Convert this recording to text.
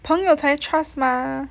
朋友才会吗